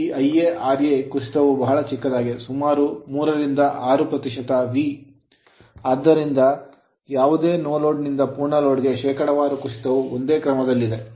ಈ Iara ಕುಸಿತವು ಬಹಳ ಚಿಕ್ಕದಾಗಿದೆ ಸುಮಾರು 3 ರಿಂದ 6 ಪ್ರತಿಶತ V ಆದ್ದರಿಂದ ಯಾವುದೇ ನೋಲೋಡ್ ನಿಂದ ಪೂರ್ಣ load ಲೋಡ್ ಗೆ ಶೇಕಡಾವಾರು ಕುಸಿತವು ಒಂದೇ ಕ್ರಮದಲ್ಲಿದೆ